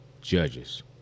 judges